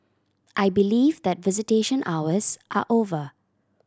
I believe that visitation hours are over